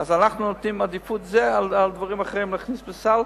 אנחנו נותנים לזה עדיפות על דברים אחרים שייכנסו לסל,